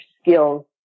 skills